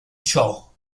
ciò